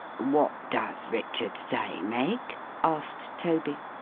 what does richard say, meg asked toby.